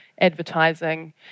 advertising